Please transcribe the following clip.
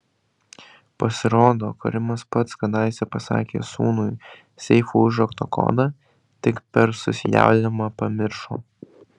pasirodo karimas pats kadaise pasakė sūnui seifo užrakto kodą tik per susijaudinimą pamiršo